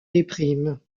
déprime